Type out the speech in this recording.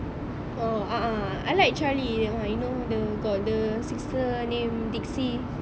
oh a'ah I like charlie that one you know the got the sister name dixie